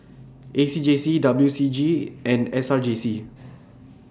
A C J C W C G and S R J C